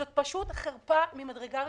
זאת פשוט חרפה ממדרגה ראשונה.